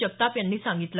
जगताप यांनी सांगितलं